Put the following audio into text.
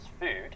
food